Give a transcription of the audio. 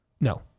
No